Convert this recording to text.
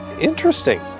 interesting